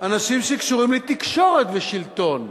אנשים שקשורים לתקשורת ושלטון,